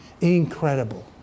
Incredible